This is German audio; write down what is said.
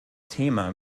thema